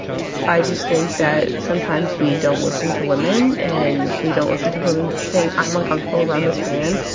i just think that sometimes we don't listen to women, and we don't listen to women saying, i'm uncomfortable around this man.